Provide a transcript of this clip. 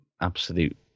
absolute